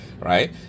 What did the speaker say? right